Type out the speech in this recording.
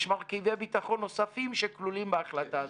יש מרכיבי ביטחון נוספים שכלולים בהחלטה הזאת.